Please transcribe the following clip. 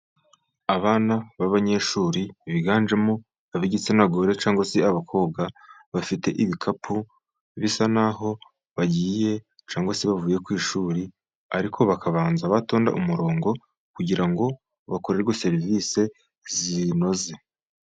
Abana b'abanyeshuri biganjemo ab'igitsinagore cyangwa se abakobwa, bafite ibikapu bisa naho bagiye cyangwa se bavuye ku ishuri, ariko bakabanza batonda umurongo, kugira ngo bakorerwe serivise zinoze.